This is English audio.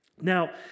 Now